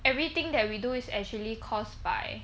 everything that we do is actually caused by